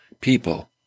people